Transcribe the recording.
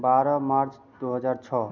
बारह मार्च दो हज़ार छः